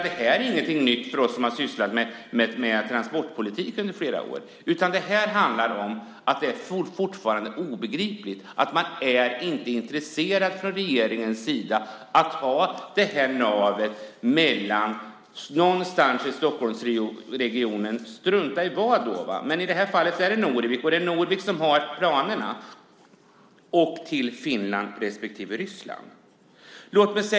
Det här är ingenting nytt för oss som har sysslat med transportpolitik under flera år. Det är fortfarande obegripligt att regeringen inte är intresserad av detta nav mellan Stockholmsregionen - vi kan strunta i var, men det är Norvik som har planerna - och Finland respektive Ryssland.